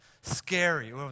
Scary